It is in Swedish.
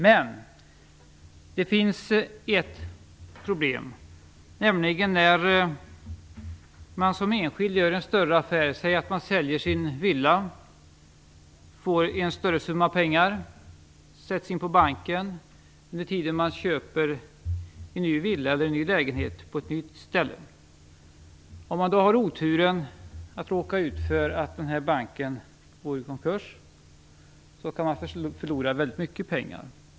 Men det finns ett problem, nämligen när man som enskild gör en större affär. Säg att man säljer sin villa. Man får en större summa pengar som sätts in på banken under tiden man köper en ny villa eller en ny lägenhet på ett nytt ställe. Om man då har oturen att råka ut för att banken går i konkurs kan man förlora väldigt mycket pengar.